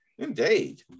Indeed